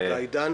אדוני